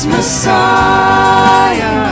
Messiah